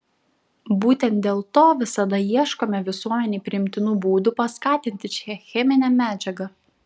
būtent dėl to visada ieškome visuomenei priimtinų būdų paskatinti šią cheminę medžiagą